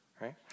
right